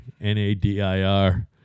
N-A-D-I-R